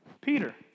Peter